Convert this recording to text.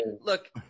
look